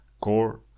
core